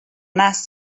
nas